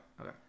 okay